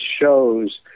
shows